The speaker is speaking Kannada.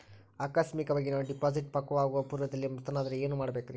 ಆಕಸ್ಮಿಕವಾಗಿ ನಾನು ಡಿಪಾಸಿಟ್ ಪಕ್ವವಾಗುವ ಪೂರ್ವದಲ್ಲಿಯೇ ಮೃತನಾದರೆ ಏನು ಮಾಡಬೇಕ್ರಿ?